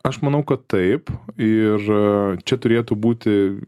aš manau kad taip ir čia turėtų būti